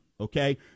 okay